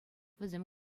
вӗсем